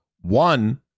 one